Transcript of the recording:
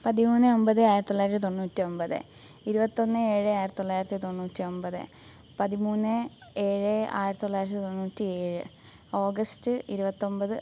പതിമൂന്ന് ഒമ്പത് ആയിരത്തിത്തൊള്ളായിരത്തിത്തൊണ്ണൂറ്റൊമ്പത് ഇരുപത്തിയൊന്ന് ഏഴ് ആയിരത്തിത്തൊള്ളായിരത്തിത്തൊണ്ണൂറ്റൊമ്പത് പതിമൂന്ന് ഏഴ് ആയിരത്തിത്തൊള്ളായിരത്തിത്തൊണ്ണൂറ്റിയേഴ് ഓഗസ്റ്റ് ഇരുപത്തിയൊമ്പത്